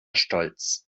stolz